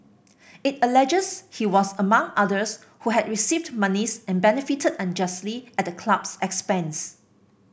it alleges he was among others who had received monies and benefited unjustly at the club's expense